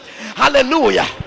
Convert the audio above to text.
Hallelujah